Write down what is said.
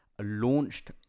launched